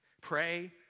Pray